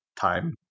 time